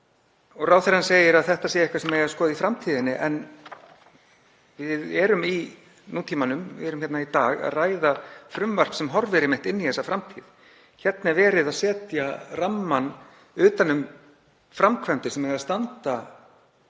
Ráðherra segir að þetta sé eitthvað sem eigi að skoða í framtíðinni, en við erum í nútímanum. Við erum hér í dag að ræða frumvarp sem horfir einmitt inn í þessa framtíð. Hér er verið að setja rammann utan um framkvæmdir sem eiga að standa